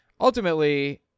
Ultimately